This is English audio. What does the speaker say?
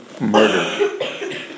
murder